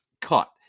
cut